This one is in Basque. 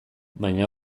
baina